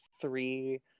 three